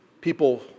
People